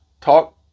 talk